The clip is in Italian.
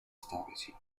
storici